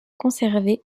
conservés